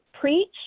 preach